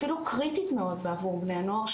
אפילו קריטית מאוד בעבור בני הנוער,